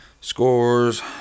Scores